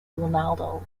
ronaldo